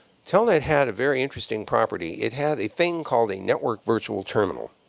telnet had a very interesting property. it had a thing called a network virtual terminal.